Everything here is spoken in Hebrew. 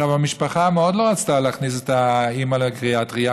המשפחה מאוד לא רצתה להכניס את האימא לגריאטריה,